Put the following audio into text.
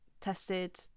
tested